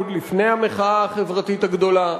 עוד לפני המחאה החברתית הגדולה.